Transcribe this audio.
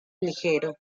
ligero